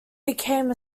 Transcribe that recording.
became